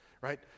right